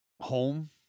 home